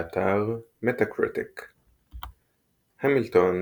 באתר Metacritic "המילטון",